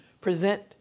present